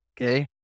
Okay